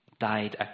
died